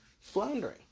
Floundering